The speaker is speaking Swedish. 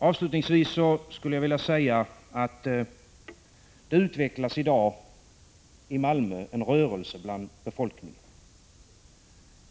Avslutningsvis vill jag säga att det i dag utvecklas en rörelse bland befolkningen i Malmö.